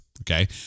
okay